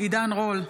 עידן רול,